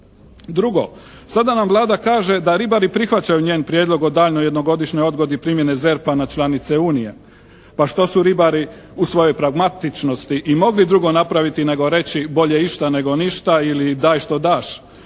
Drugo, sada nam Vlada kaže da ribari prihvaćaju njen prijedlog o daljnjoj jednogodišnjoj odgodi primjene ZERP-a na članice unije. Pa što su ribari u svojoj pragmatičnosti i mogli napraviti nego reći, bolje išta nego ništa ili daj, što daš.